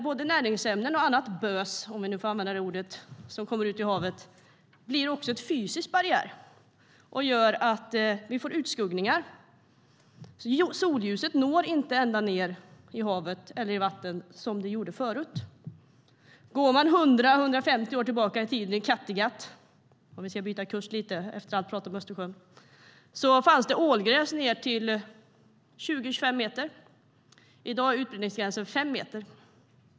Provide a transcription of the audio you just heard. Både näringsämnen och annat bös, om vi nu får använda det ordet, som kommer ut i havet blir dock också en fysisk barriär som gör att vi får utskuggningar. Solljuset når alltså inte ända ned i hav och vatten, som det gjorde förut. Går man 100-150 år tillbaka i tiden och tittar på Kattegatt - om vi ska byta kust lite efter allt prat om Östersjön - ser vi att det då fanns ålgräs ned till 20-25 meter. I dag är utbrytningsgränsen 5 meter.